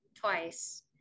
twice